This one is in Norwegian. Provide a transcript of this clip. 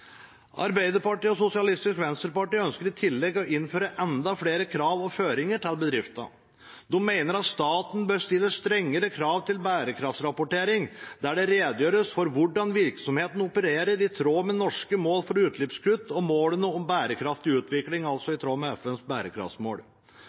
Arbeiderpartiet og Sosialistisk Venstreparti ønsker i tillegg å innføre enda flere krav og føringer for bedriftene. De mener at staten bør stille strengere krav til bærekraftsrapportering, der det redegjøres for hvordan virksomheten opererer i tråd med norske mål for utslippskutt og målene om bærekraftig utvikling, altså